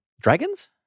dragons